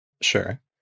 Sure